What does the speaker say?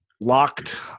locked